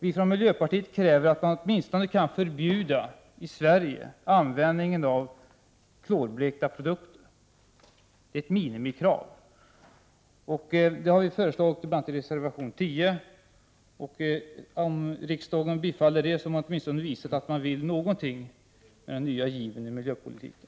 Vi från miljöpartiet kräver att man åtminstone i Sverige förbjuder användningen av klorblekta produkter. Det är ett minimikrav. Det har föreslagits i bl.a. reservation 10. Om riksdagen bifaller den har riksdagen i alla fall visat att man vill någonting med den nya ivern i miljöpolitiken.